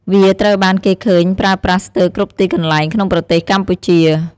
វាត្រូវបានគេឃើញប្រើប្រាស់ស្ទើរគ្រប់ទីកន្លែងក្នុងប្រទេសកម្ពុជា។